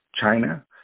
China